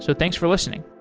so thanks for listening.